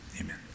amen